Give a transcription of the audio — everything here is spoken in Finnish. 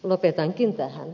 lopetankin tähän